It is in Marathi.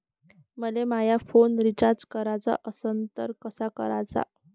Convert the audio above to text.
मले माया फोन रिचार्ज कराचा असन तर कसा कराचा?